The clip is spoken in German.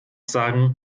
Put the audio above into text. sagen